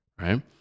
right